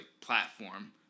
platform